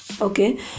Okay